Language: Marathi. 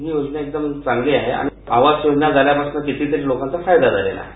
ही योजना एकदम चांगली आहे आणि आवास योजना झाल्यापासून कितीतरी लोकांचा फायदा झालेला आहे